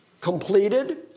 completed